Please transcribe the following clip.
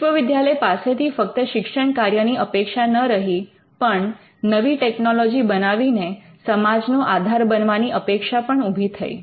વિશ્વવિદ્યાલય પાસેથી ફક્ત શિક્ષણ કાર્યની અપેક્ષા ન રહી પણ નવી ટેકનોલોજી બનાવીને સમાજનો આધાર બનવાની અપેક્ષા પણ ઊભી થઈ